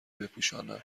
بپوشانم